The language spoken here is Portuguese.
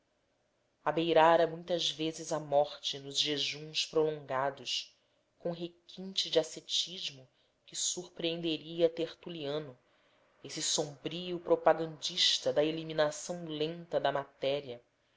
caatingas abeirara muitas vezes a morte nos jejuns prolongados com requinte de ascetismo que surpreenderia tertuliano esse sombrio propagandista da eliminação lenta da matéria